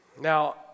Now